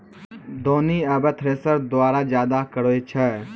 दौनी आबे थ्रेसर द्वारा जादा करै छै